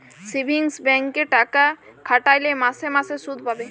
savings ব্যাংকে টাকা খাটাইলে মাসে মাসে সুদ পাবে